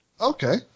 Okay